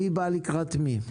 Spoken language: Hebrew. מי בא לקראת מי?